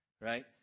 right